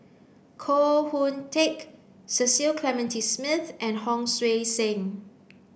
Koh Hoon Teck Cecil Clementi Smith and Hon Sui Sen